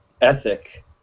ethic